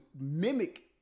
mimic